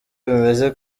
bimeze